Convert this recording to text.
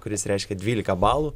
kuris reiškia dvylika balų